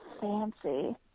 fancy